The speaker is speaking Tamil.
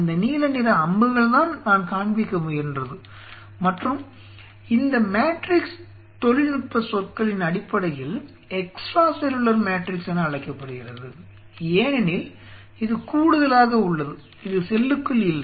அந்த நீல நிற அம்புகள்தான் நான் காண்பிக்க முயன்றது மற்றும் இந்த மேட்ரிக்ஸ் தொழில்நுட்ப சொற்களின் அடிப்படையில் எக்ஸ்ட்ரா செல்லுலார் மேட்ரிக்ஸ் என அழைக்கப்படுகிறது ஏனெனில் இது கூடுதலாக உள்ளது இது செல்லுக்குள் இல்லை